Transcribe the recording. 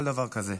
כל דבר כזה.